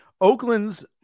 Oakland's